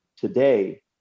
today